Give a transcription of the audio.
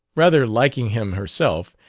rather liking him herself,